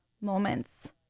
moments